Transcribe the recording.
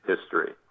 history